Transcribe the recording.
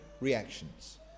reactions